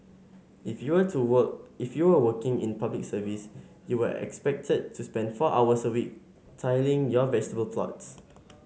if you are to work if you were working in Public Service you were expected to spend four hours a week tilling your vegetable plots